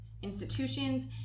institutions